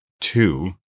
Two